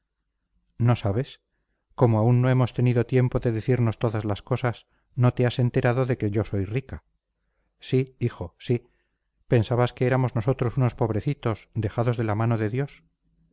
no sabes como aún no hemos tenido tiempo de decirnos todas las cosas no te has enterado de que yo soy rica sí hijo sí pensabas que éramos nosotros unos pobrecitos dejados de la mano de dios